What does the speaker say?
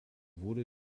wurde